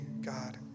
God